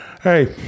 Hey